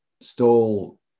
stole